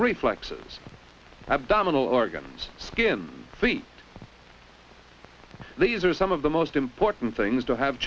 reflexes abdominal organs skin feet these are some of the most important things to have